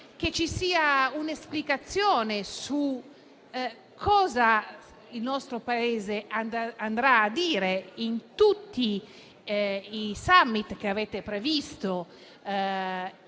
che ci sia un'esplicazione su cosa il nostro Paese andrà a dire in tutti i s*ummit* che avete previsto